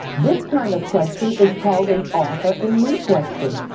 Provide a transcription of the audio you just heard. this kind of question is called an author and me question.